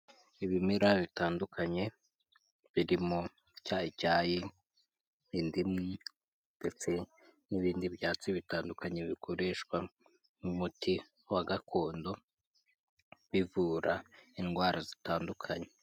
Ibimera bitandukanye biririmo cyayicyayi indimu ndetse n'ibindi byatsi bitandukanye bikoreshwa mu muti wa gakondo, bivura indwara zitandukanye.